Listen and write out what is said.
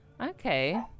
Okay